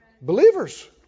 Believers